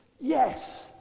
Yes